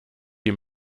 die